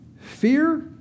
fear